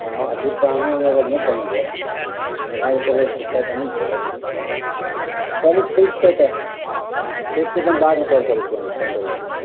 हँ दु पाइ अहूँ अगर अगर नहि कमेलियै तऽ अहाँ गाड़ी चलबै छियै तहन तऽ नहि चलत ई चलू ठीक छै तऽ ठीक छै तऽ हम बादमे कॉल करै छी फोन करै छी